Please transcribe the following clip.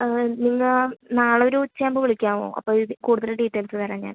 നിങ്ങൾ നാളെ ഒരു ഉച്ച ആകുമ്പോൾ വിളിക്കാമോ അപ്പോൾ ഇത് കൂടുതൽ ഡീറ്റെയിൽസ് തരാം ഞാൻ